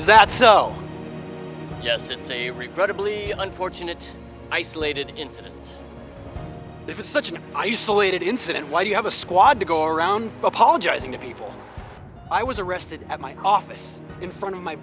is that so yes it's a regrettably unfortunate isolated incident it was such an isolated incident why do you have a squad to go around apologizing to people i was arrested at my office in front of my